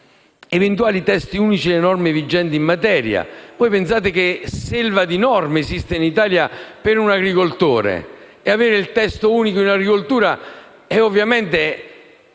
eventuali testi unici delle norme vigenti in materia. Pensate che selva di norme esiste in Italia per un agricoltore! Dunque, avere un testo unico in agricoltura è un'esigenza